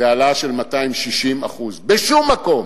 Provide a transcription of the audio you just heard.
זה העלאה של 260%. בשום מקום,